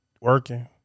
Working